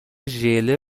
ژله